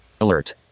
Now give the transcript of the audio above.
Alert